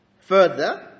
further